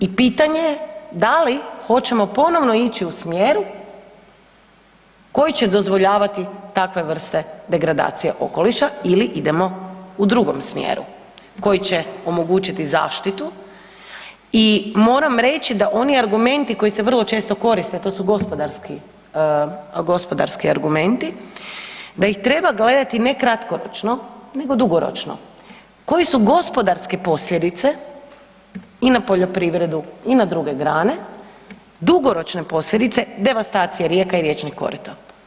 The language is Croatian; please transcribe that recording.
I pitanje je, da li hoćemo ponovno ići u smjeru koji će dozvoljavati takve vrste degradacije okoliša ili idemo u drugom smjeru koji će omogućiti zaštitu i moram reći da oni argumenti koji se vrlo često koriste a to su gospodarski argumenti, da ih treba gledati ne kratkoročno nego dugoročno, koji su gospodarske posljedice i na poljoprivredu i na druge grane, dugoročne posljedice devastacije rijeka i riječnih korita.